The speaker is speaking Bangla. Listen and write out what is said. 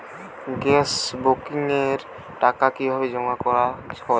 গ্যাস বুকিংয়ের টাকা কিভাবে জমা করা হয়?